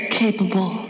capable